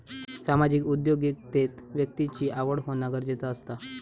सामाजिक उद्योगिकतेत व्यक्तिची आवड होना गरजेचा असता